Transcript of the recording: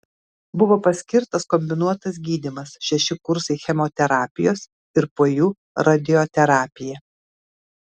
buvo paskirtas kombinuotas gydymas šeši kursai chemoterapijos ir po jų radioterapija